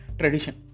tradition